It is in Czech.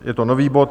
Je to nový bod.